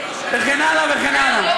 וכן הלאה וכן הלאה.